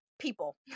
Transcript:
people